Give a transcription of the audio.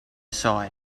side